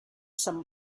some